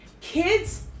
kids